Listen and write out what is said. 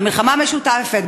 במלחמה משותפת,